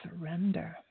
surrender